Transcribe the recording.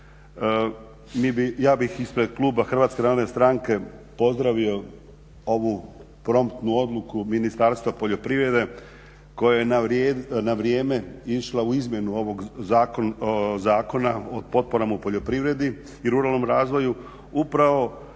ja bih ispred kluba Hrvatske narodne stranke pozdravio ovu promptnu odluku Ministarstva poljoprivrede koja je na vrijeme išla u izmjenu ovog Zakona o potporama u poljoprivredi i ruralnom razvoju upravo